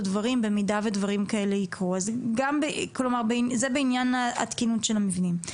דברים כאלה במידה ויקרו-זה בעניין התקינות של המבנים.